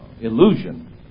illusion